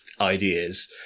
ideas